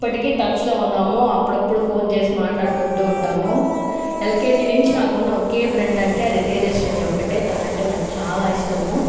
ఇప్పటికి టచ్లో ఉన్నాము అప్పుడప్పుడు ఫోన్ చేసి మాట్లాడుకుంటు ఉంటాము ఎల్కేజీ నుంచి నాకు ఉన్న ఒక ఫ్రెండ్ అంటే అది తేజశ్విని ఒక్కటి తను అంటే నాకు చాలా ఇష్టము